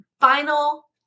final